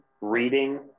reading